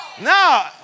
No